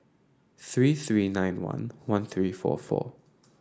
three three nine one one three four four